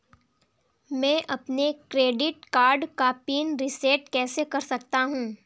मैं अपने credit card का पिन रिसेट कैसे कर सकता हूँ?